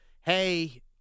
hey